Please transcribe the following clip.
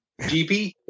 GP